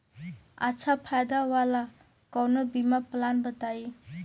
अच्छा फायदा वाला कवनो बीमा पलान बताईं?